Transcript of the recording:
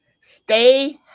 stay